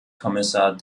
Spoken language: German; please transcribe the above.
kommissar